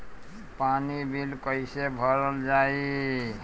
पानी बिल कइसे भरल जाई?